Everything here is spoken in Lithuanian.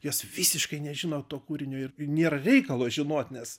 jos visiškai nežino to kūrinio ir nėra reikalo žinot nes